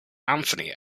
anthony